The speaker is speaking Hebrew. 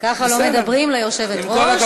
ככה לא מדברים ליושבת-ראש.